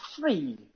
free